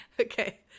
Okay